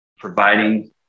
providing